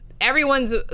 everyone's